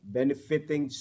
benefiting